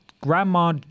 grandma